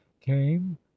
came